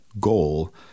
goal